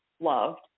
loved